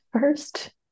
first